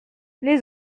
les